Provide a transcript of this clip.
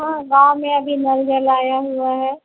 हाँ गाँव में अभी नल जल आया हुआ है